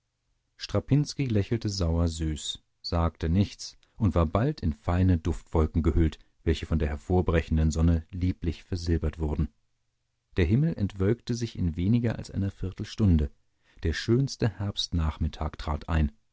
strapinski lächelte sauersüß sagte nichts und war bald in feine duftwolken gehüllt welche von der hervorbrechenden sonne lieblich versilbert wurden der himmel entwölkte sich in weniger als einer viertelstunde der schönste herbstnachmittag trat ein